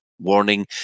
Warning